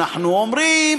אנחנו אומרים,